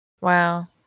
Wow